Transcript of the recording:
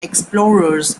explorers